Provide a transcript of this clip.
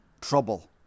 trouble